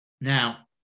Now